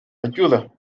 ayuda